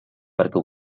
perquè